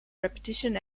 repetition